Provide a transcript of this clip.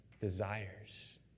desires